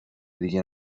دیگه